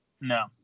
no